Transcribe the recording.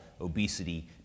obesity